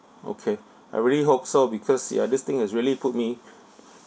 okay I really hope so because ya this thing has really put me